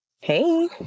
Hey